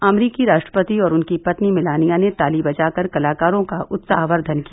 अमेरिकी राष्ट्रपति और उनकी पत्नी मेलानिया ने ताली बजाकर कलाकारों का उत्साहवर्धन किया